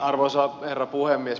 arvoisa herra puhemies